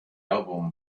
album